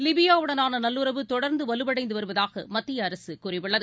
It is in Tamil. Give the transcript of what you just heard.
லிபியாவுடனானநல்லுறவு தொடர்ந்துவலுவடைந்துவருவதாகமத்தியஅரசுகூறியுள்ளது